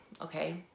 okay